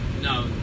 No